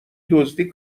دزدی